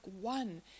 one